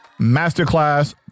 Masterclass